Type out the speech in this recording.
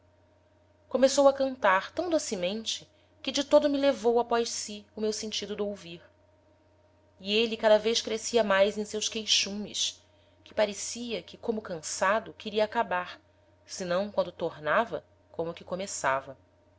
começou a cantar tam docemente que de todo me levou após si o meu sentido d'ouvir e êle cada vez crescia mais em seus queixumes que parecia que como cansado queria acabar senão quando tornava como que começava